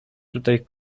tutaj